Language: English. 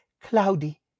cloudy